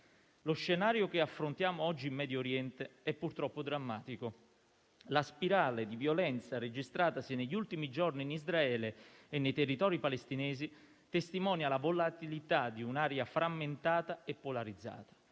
Lo scenario che affrontiamo oggi in Medio Oriente è purtroppo drammatico. La spirale di violenza registratasi negli ultimi giorni in Israele e nei territori palestinesi testimonia la volatilità di un'area frammentata e polarizzata;